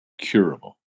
curable